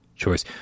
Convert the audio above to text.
choice